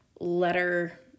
letter